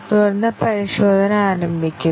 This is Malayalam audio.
തുടർന്ന് പരിശോധന ആരംഭിക്കുന്നു